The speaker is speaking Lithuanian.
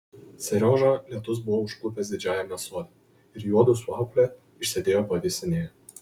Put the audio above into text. seriožą lietus buvo užklupęs didžiajame sode ir juodu su aukle išsėdėjo pavėsinėje